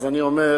אז אני אומר,